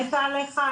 מתה עליך,